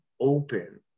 open